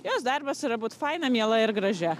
jos darbas yra but faina miela ir gražia